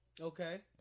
Okay